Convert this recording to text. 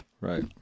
Right